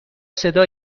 صدا